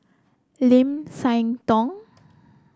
Lim Siah Tong